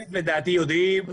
לדעתי יודעים.